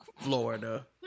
Florida